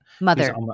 Mother